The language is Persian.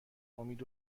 امید